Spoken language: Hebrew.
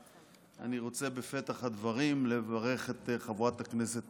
אני רוצה בפתח הדברים לברך את חברת הכנסת מאי גולן,